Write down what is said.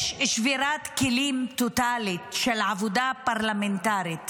יש שבירת כלים טוטלית של העבודה הפרלמנטרית